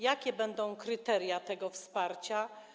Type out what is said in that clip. Jakie będą kryteria tego wsparcia?